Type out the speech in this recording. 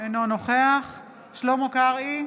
אינו נוכח שלמה קרעי,